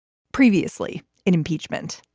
previously in impeachment